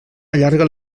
allarga